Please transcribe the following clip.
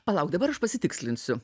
palauk dabar aš pasitikslinsiu